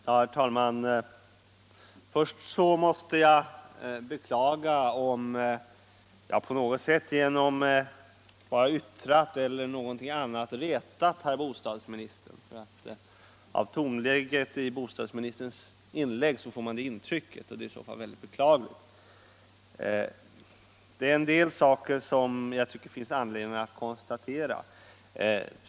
Herr talman! Först måste jag beklaga om jag genom vad jag yttrat eller på annat sätt retat herr bostadsministern — av tonläget i bostadsministerns inlägg fick man det intrycket. Det är en del saker jag tycker det finns anledning att beröra.